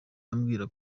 ambwira